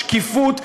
שקיפות,